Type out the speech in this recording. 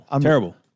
terrible